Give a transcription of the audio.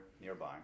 nearby